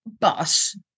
bus